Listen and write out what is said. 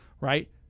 right